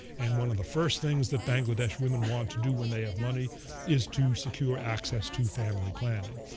and one of the first things that bangladesh women want to do when they have money is to secure access to family planning.